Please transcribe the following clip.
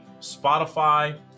Spotify